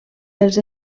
pels